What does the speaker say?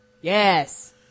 Yes